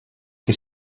que